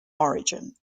origin